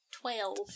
Twelve